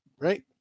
right